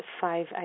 five